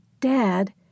Dad